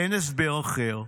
אין הסבר אחר.